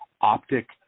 Optic